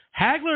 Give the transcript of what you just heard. Hagler